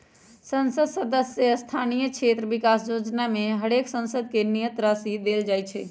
संसद सदस्य स्थानीय क्षेत्र विकास जोजना में हरेक सांसद के नियत राशि देल जाइ छइ